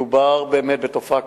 מדובר באמת בתופעה